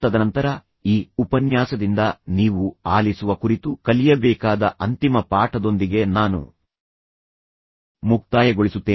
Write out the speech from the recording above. ತದನಂತರ ಈ ಉಪನ್ಯಾಸದಿಂದ ನೀವು ಆಲಿಸುವ ಕುರಿತು ಕಲಿಯಬೇಕಾದ ಅಂತಿಮ ಪಾಠದೊಂದಿಗೆ ನಾನು ಮುಕ್ತಾಯಗೊಳಿಸುತ್ತೇನೆ